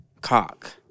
Cock